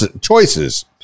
choices